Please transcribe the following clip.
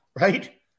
right